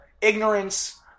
ignorance